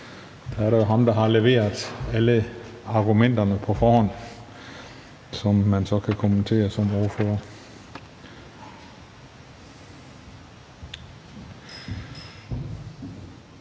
der er det ministeren, der har leveret alle argumenterne på forhånd, som man så kan kommentere som ordfører.